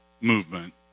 movement